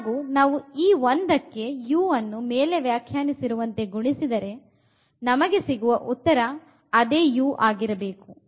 ಹಾಗು ನಾವು ಈ 1 ಕ್ಕೆ uಅನ್ನು ಮೇಲೆವ್ಯಾಖ್ಯಾನಿಸಿರುವಂತೆ ಗುಣಿಸಿದರೆ ನಮಗೆ ಸಿಗುವ ಉತ್ತರ ಅದೇ uಆಗಿರಬೇಕು